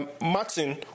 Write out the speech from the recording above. Martin